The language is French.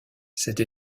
cette